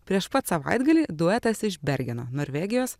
prieš pat savaitgalį duetas iš bergeno norvegijos